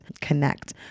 connect